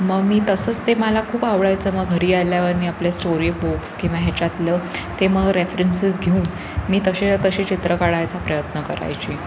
मग मी तसंच ते मला खूप आवडायचं मग घरी आल्यावर मी आपले स्टोरी बुक्स किंवा ह्याच्यातलं ते मग रेफरन्सेस घेऊन मी तसेच्या तसे चित्र काढायचा प्रयत्न करायचे